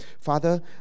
Father